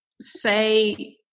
say